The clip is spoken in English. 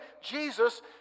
Jesus